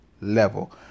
level